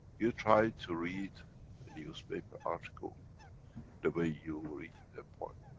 you try to read a newspaper article the way you read the poem.